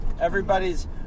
Everybody's